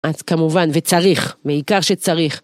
אז כמובן, וצריך, מעיקר שצריך.